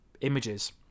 images